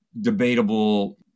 debatable